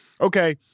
okay